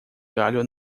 galho